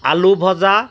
আলু ভজা